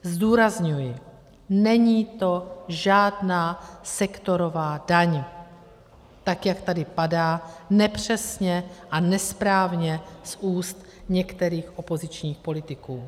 Zdůrazňuji, není to žádná sektorová daň, jak tady padá nepřesně a nesprávně z úst některých opozičních politiků.